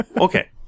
Okay